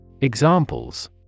Examples